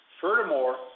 Furthermore